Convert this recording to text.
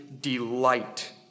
delight